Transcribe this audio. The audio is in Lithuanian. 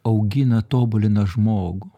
augina tobulina žmogų